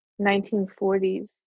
1940s